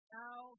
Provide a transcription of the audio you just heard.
now